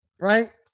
right